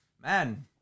Man